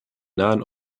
nahen